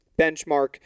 benchmark